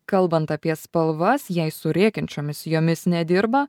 kalbant apie spalvas jei su rėkiančiomis jomis nedirba